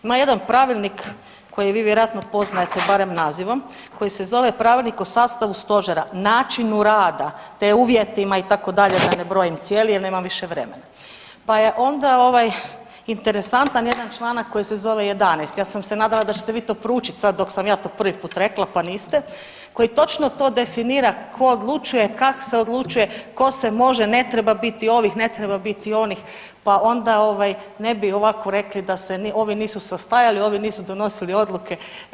Ima jedan pravilnik koji vi vjerojatno poznajte barem nazivom, koji se zove Pravilnik o sastavu stožera, načinu rada te uvjetima itd., da ne brojim cijeli jer nemam više vremena, pa je interesantan jedan članak koji se zove 11., ja sam se nadala da ćete vi to proučit sad dok sam ja to prvi put rekla pa niste, koji točno to definira ko odlučuje, kak se odlučuje, ko se može, ne treba biti ovih ne treba biti onih pa onda ne bi ovako rekli da se ovi nisu sastajali, ovi nisu donosili odluke.